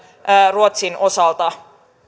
ruotsin osalta